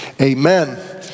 Amen